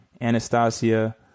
Anastasia